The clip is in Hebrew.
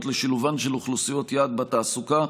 לשילובן של אוכלוסיות יעד בתעסוקה.